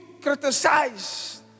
criticize